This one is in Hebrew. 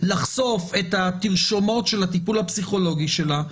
לחשוף את התרשומות של הטיפול הפסיכולוגי שלה,